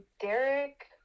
Derek